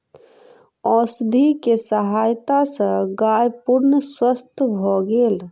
औषधि के सहायता सॅ गाय पूर्ण स्वस्थ भ गेल